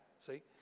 See